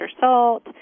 salt